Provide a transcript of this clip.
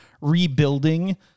rebuilding